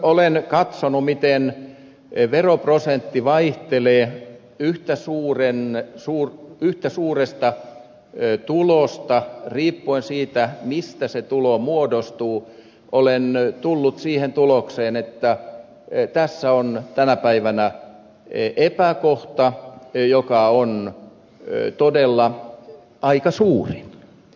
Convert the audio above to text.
kun olen katsonut miten veroprosentti vaihtelee yhtä suuresta tulosta riippuen siitä mistä se tulo muodostuu olen tullut siihen tulokseen että tässä on tänä päivänä epäkohta joka on todella aika suuri